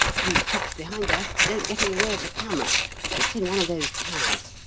you chaps behind there, don't get in the way of the camera it's in one of those cabs.